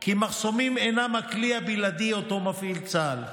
כי מחסומים אינם הכלי הבלעדי שמפעיל צה"ל.